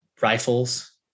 rifles